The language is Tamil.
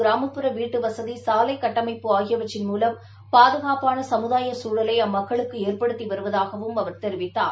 கிராமப்புற வீட்டுவசதி சாலை கட்டமைப்பு ஆகியவற்றின் மூலம் பாதுகாப்பாள சமுதாய சூழலை அம்மக்களுக்கு ஏற்படுத்தி வருவதாகவும் அவர் தெரிவித்தார்